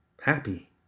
happy